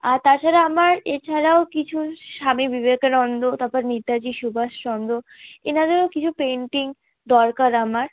আর তাছাড়া আমার এছাড়াও কিছু স্বামী বিবেকানন্দ তারপর নেতাজি সুভাষচন্দ্র এঁনাদেরও কিছু পেন্টিং দরকার আমার